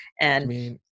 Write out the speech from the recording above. And-